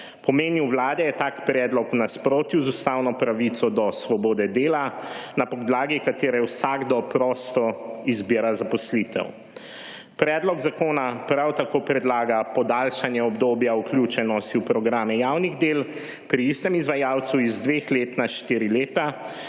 Po mnenju vlade je tak predlog v nasprotju z ustavno pravico do svobode dela, na podlagi katere vsakdo prostor izbira zaposlitev. Predlog zakona prav tako predlaga podaljšanje obdobja vključenosti v programe javnih del pri istem izvajalcu iz dveh let na štiri leta,